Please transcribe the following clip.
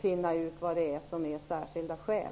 finna ut vad som är särskilda skäl.